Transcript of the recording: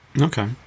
okay